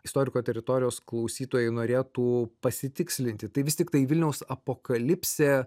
istoriko teritorijos klausytojai norėtų pasitikslinti tai vis tiktai vilniaus apokalipsė